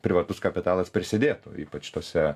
privatus kapitalas prisidėtų ypač tose